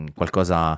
qualcosa